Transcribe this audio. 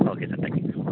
okay sir thank you